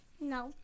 No